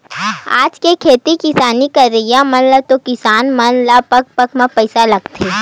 आज के खेती किसानी करई म तो किसान मन ल पग पग म पइसा लगथे